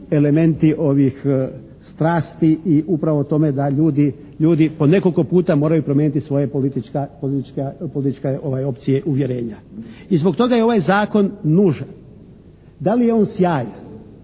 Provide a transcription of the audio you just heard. elementi strasti i upravo o tome da ljudi po nekoliko puta moraju promijeniti svoje političke opcije i uvjerenja. I zbog toga je ovaj Zakon nužan. Da li je on sjajan?